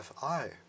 FI